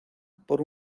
por